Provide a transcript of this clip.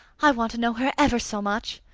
i want to know her ever so much.